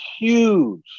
huge